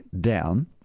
down